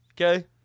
okay